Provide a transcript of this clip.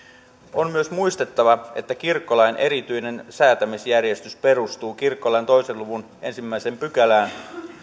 on myös muistettava että kirkkolain erityinen säätämisjärjestys perustuu kirkkolain kahden luvun ensimmäiseen pykälään